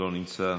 לא נמצא,